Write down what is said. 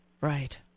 Right